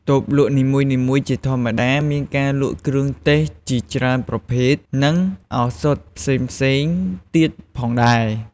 តូបលក់នីមួយៗជាធម្មតាមានការលក់គ្រឿងទេសជាច្រើនប្រភេទ និងឱសថផ្សេងៗទៀតផងដែរ។